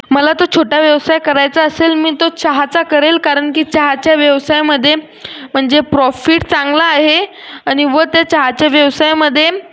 मला तर छोटा व्यवसाय करायचा असेल मी तो चहाचा करेल कारण की चहाच्या व्यवसायामध्ये म्हणजे प्रॉफिट चांगला आहे आणि व ते चहाच्या व्यवसायामध्ये